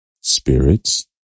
spirits